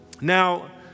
Now